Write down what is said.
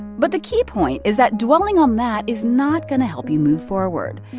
but the key point is that dwelling on that is not going to help you move forward.